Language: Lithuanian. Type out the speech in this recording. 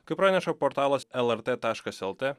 kaip praneša portalas lrt taškas lt